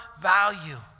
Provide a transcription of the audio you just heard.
value